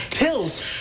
Pills